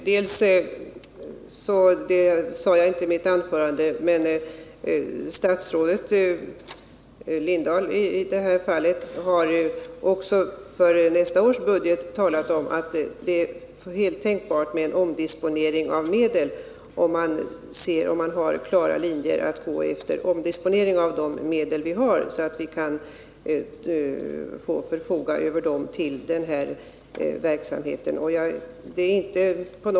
Herr talman! Statsrådet Lindahl har talat om att det också för nästa års budget är tänkbart med en omdisponering av de medel vi har, om det finns klara linjer att gå efter. Vi skulle då kunna få förfoga över medel till denna verksamhet.